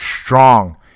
strong